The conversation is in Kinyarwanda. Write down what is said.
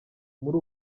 muri